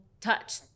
touch